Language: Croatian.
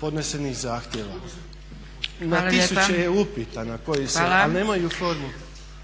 podnesenih zahtjeva. Ima tisuće upita na koje se, ali nemaju formu…